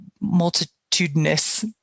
multitudinous